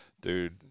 Dude